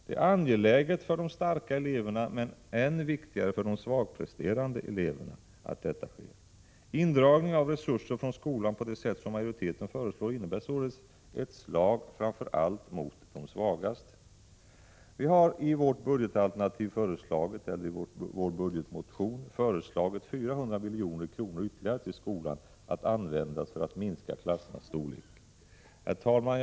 Det är angeläget för de starka eleverna men än viktigare för de svagpresterande eleverna att detta sker. Indragning av resurser från skolan på det sätt som majoriteten föreslår innebär således ett slag framför allt mot de svagaste. Vi har i vår budgetmotion föreslagit 400 milj.kr. ytterligare till skolan att användas för att minska klassernas storlek. Herr talman!